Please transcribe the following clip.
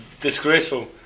disgraceful